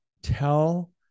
tell